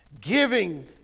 giving